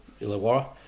Illawarra